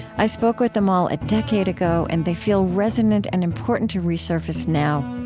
i spoke with them all a decade ago, and they feel resonant and important to resurface now.